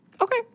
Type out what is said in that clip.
Okay